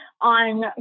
on